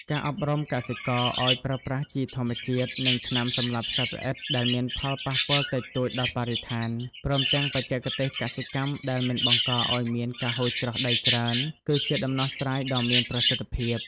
ការអប់រំកសិករឱ្យប្រើប្រាស់ជីធម្មជាតិ និងថ្នាំសម្លាប់សត្វល្អិតដែលមានផលប៉ះពាល់តិចតួចដល់បរិស្ថាន ព្រមទាំងបច្ចេកទេសកសិកម្មដែលមិនបង្កឱ្យមានការហូរច្រោះដីច្រើន គឺជាដំណោះស្រាយដ៏មានប្រសិទ្ធភាព។